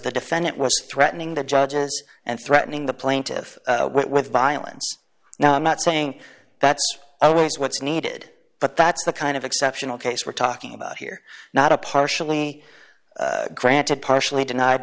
the defendant was threatening the judges and threatening the plaintive with violence now i'm not saying that's always what's needed but that's the kind of exceptional case we're talking about here not a partially granted partially denied